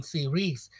Series